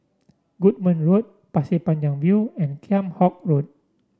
Goodman Road Pasir Panjang View and Kheam Hock Road